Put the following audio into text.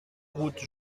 route